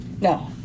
No